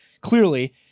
clearly